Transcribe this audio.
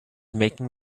making